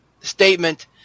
statement